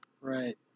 Right